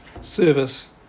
service